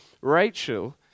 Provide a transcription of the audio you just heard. Rachel